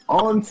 on